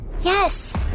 Yes